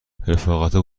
رفاقتا